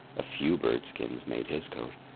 a few bird skins made his coat.